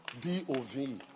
D-O-V